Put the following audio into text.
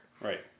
Right